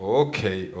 okay